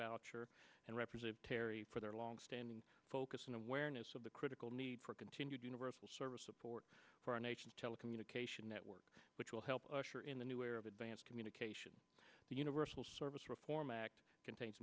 boucher and represent terri for their long standing focus and awareness of the critical need for continued universal service support for our nation's telecommunications network which will help usher in the new era of advanced communications the universal service reform act contains